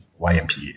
YMP